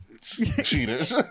cheaters